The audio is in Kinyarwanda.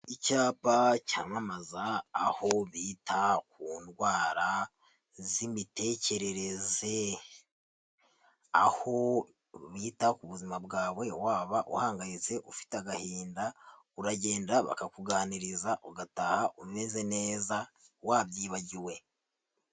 Icyapa cyamamaza aho bita ku ndwara z'imitekerereze, aho yita ku buzima bwawe waba uhangayitse ufite agahinda, uragenda bakakuganiriza ugataha umeze neza wabyibagiwe.